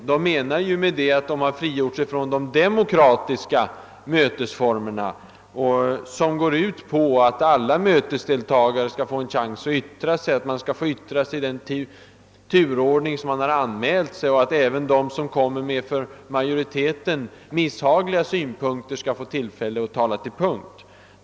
Vad de menar därmed är att de har frigjort sig från de demokratiska mötesformerna, som syftar till att alla mötesdeltagare skall få en chans att yttra sig i den turordning som de anmält sig, och att även de, som kommer med för majoriteten misshagliga inlägg, skall få tillfälle att tala till punkt.